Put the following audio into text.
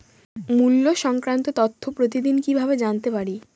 মুল্য সংক্রান্ত তথ্য প্রতিদিন কিভাবে জানতে পারি?